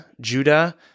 Judah